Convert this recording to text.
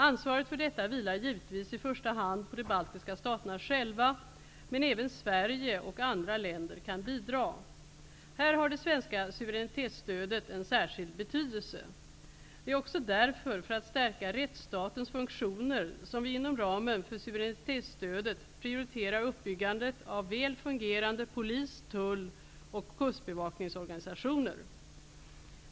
Ansvaret för detta vilar givetvis i första hand på de baltiska staterna själva, men även Sverige och andra länder kan bidra. Här har det svenska suveränitetsstödet en särskild betydelse. Det är också därför, för att stärka rättsstatens funktioner, som vi inom ramen för suveränitetsstödet prioriterar uppbyggandet av väl fungerande polis-, tull och kustbevakningsorganisationer.